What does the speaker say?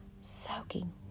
soaking